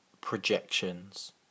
Projections